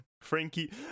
Frankie